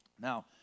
Now